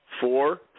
Four